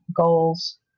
goals